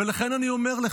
ולכן אני אומר לך: